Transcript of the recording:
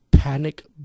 Panic